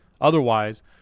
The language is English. Otherwise